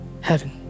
heaven